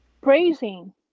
Praising